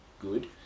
good